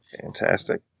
fantastic